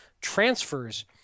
transfers